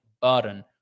button